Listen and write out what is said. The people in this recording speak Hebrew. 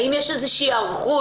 האם יש איזו שהיא היערכות?